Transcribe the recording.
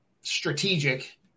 strategic